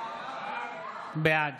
בעד